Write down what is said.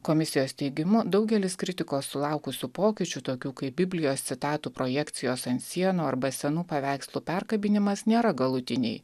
komisijos teigimu daugelis kritikos sulaukusių pokyčių tokių kaip biblijos citatų projekcijos ant sienų arba senų paveikslų perkabinimas nėra galutiniai